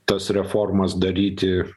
tas reformas daryti